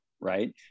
Right